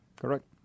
correct